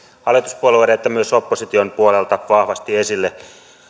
hallituspuolueiden että myös opposition puolelta vahvasti esille